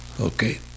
Okay